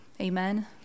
Amen